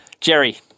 Jerry